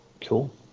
Cool